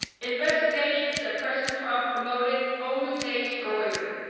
investigations that president trump promoted only days earlier.